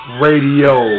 Radio